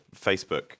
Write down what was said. Facebook